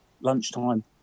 lunchtime